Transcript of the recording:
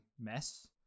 mess